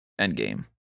Endgame